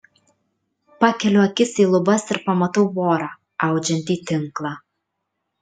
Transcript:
pakeliu akis į lubas ir pamatau vorą audžiantį tinklą